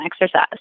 exercise